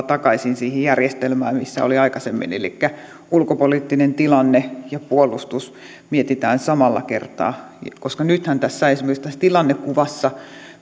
takaisin siihen järjestelmään missä oltiin aikaisemmin elikkä missä ulkopoliittinen tilanne ja puolustus mietitään samalla kertaa nythän esimerkiksi tässä tilannekuvassa